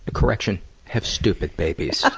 correction have stupid babies,